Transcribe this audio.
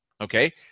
okay